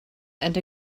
and